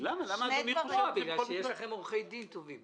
בגלל שיש לכם עורכי דין טובים.